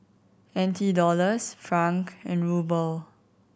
N T Dollars franc and Ruble